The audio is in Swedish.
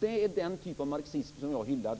Det är den typ av marxism som jag hyllar.